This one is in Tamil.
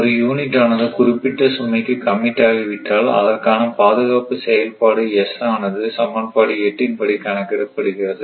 ஒரு யூனிட் ஆனது குறிப்பிட்ட சுமைக்கு கமிட் ஆகி விட்டால் அதற்கான பாதுகாப்பு செயல்பாடு S ஆனது சமன்பாடு 8 இன் படி கணக்கிடப்படுகிறது